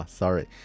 sorry